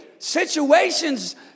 Situations